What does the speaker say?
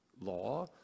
law